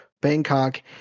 Bangkok